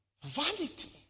vanity